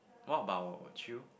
what about you